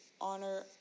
honor